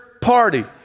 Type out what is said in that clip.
party